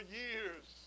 years